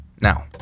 Now